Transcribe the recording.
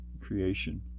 creation